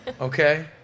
Okay